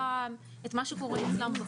האם יהיו בו אחוזי התייעלות,